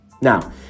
Now